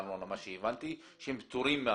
אני הבנתי שהם לא משלמים ארנונה והם פטורים מארנונה.